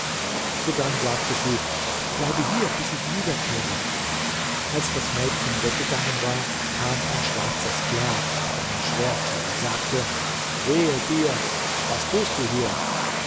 sodann sagte sie bleibe hier bis ich wiederkehre als das mädchen weggegangen war kam ein schwarzer sklave mit einem schwerte und sagte wehe dir was tust du hier